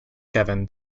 kevin